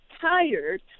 Tired